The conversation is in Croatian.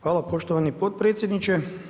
Hvala poštovani potpredsjedniče.